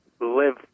live